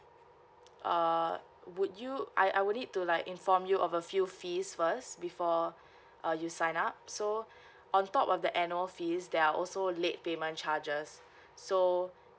err would you I I would need to like inform you of a few fees first before uh you sign up so on top of the annual fees there are also late payment charges so